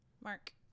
Mark